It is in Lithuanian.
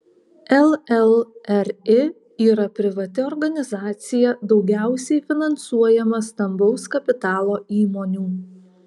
llri yra privati organizacija daugiausiai finansuojama stambaus kapitalo įmonių